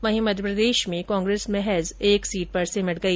वहीं मध्यप्रदेश में कांग्रेस महज एक सीट पर सिमट गई